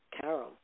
Carol